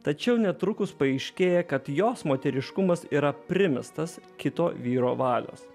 tačiau netrukus paaiškėja kad jos moteriškumas yra primestas kito vyro valios